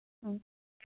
ꯎꯝ